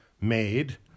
made